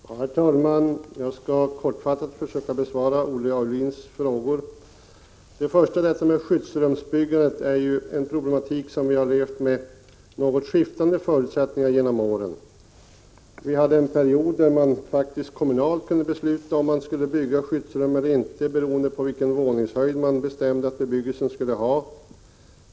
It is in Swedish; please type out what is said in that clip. sätta utveckling Herr talman! Jag skall kortfattat försöka besvara Olle Aulins frågor. Problematiken med skyddsrumsbyggandet har vi levt med under något skiftande förutsättningar under åren. Under en period kunde man på kommunal nivå besluta om huruvida man skulle bygga skyddsrum eller inte beroende på vilken våningshöjd som bebyggelsen skulle ha.